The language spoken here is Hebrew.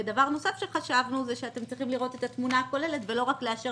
דבר נוסף שחשבנו הוא שאתם צריכים לראות את התמונה הכוללת ולא רק לאשר